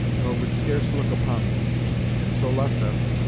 nor would scarce look upon them and so left us,